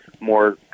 more